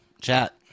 chat